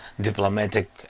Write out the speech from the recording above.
diplomatic